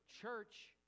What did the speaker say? church